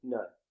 None